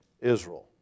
Israel